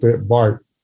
BART